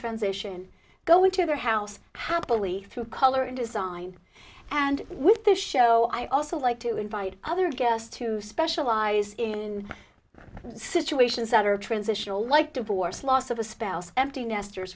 transition go into their house happily through color and design and with this show i also like to invite other guests to specialize in situations that are transitional like divorce loss of a spouse empty nesters